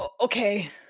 Okay